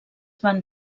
van